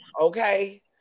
okay